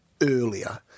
earlier